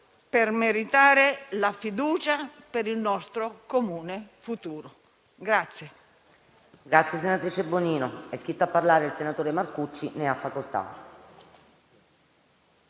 per meritare la fiducia per il nostro comune futuro.